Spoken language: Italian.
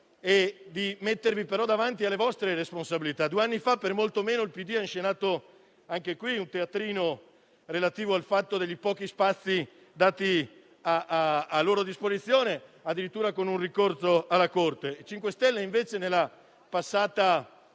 e di mettervi davanti alle vostre responsabilità. Due anni fa per molto meno il PD ha inscenato anche qui un teatrino, lamentando i pochi spazi messi a loro disposizione, e addirittura è un ricorso alla Corte.